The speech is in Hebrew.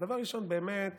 דבר ראשון: באמת